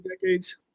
decades